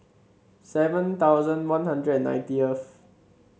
seven thousand One Hundred and ninetieth